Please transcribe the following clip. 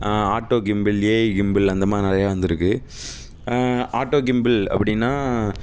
auto கிம்பில் AI கிம்பில் அந்தமாதிரி நிறையா வந்திருக்கு ஆட்டோ கிம்பில் அப்படினா